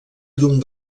llum